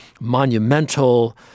monumental